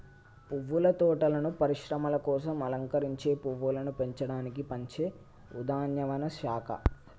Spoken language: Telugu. పువ్వుల తోటలను పరిశ్రమల కోసం అలంకరించే పువ్వులను పెంచడానికి పెంచే ఉద్యానవన శాఖ